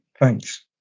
Thanks